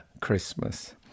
Christmas